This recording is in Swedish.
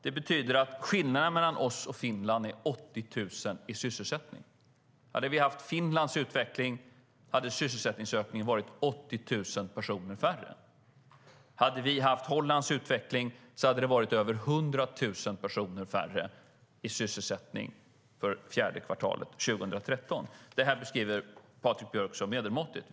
Det betyder att skillnaden mellan oss och Finland är 80 000 i sysselsättning. Om vi hade haft Finlands utveckling hade sysselsättningsökningen varit 80 000 personer färre. Om vi hade haft Hollands utveckling hade det varit över 100 000 personer färre i sysselsättning för fjärde kvartalet 2013. Det beskriver Patrik Björck som medelmåttigt.